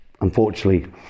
unfortunately